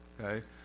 okay